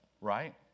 Right